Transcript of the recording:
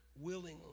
willingly